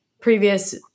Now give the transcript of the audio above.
previous